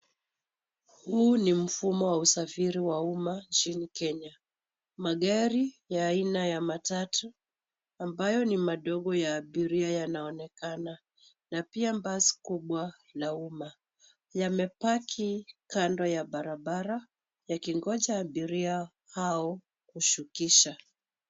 Huu ni mfumo wa usafiri wa umma nchini Kenya, magari ya aina ya matatu amabayo ni madogo ya abiria yanaonekana na pia basi kubwa la ummma. Yamepaki kando ya barabara yakingoja abiria hao kushukisha.